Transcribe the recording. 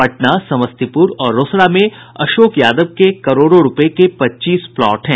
पटना समस्तीपुर और रोसड़ा में अशोक यादव के करोड़ों रूपये के पच्चीस प्लॉट हैं